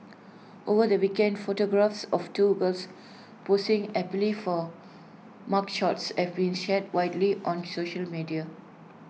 over the weekend photographs of two girls posing happily for mugshots have been shared widely on social media